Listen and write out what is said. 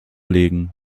legen